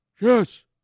Yes